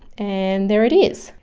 and there it is.